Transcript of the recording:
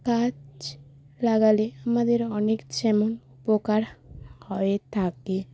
গাছ লাগালে আমাদের অনেক যেমন উপকার হয়ে থাকে